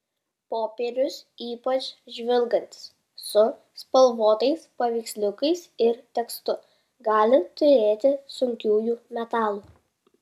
popierius ypač žvilgantis su spalvotais paveiksliukais ir tekstu gali turėti sunkiųjų metalų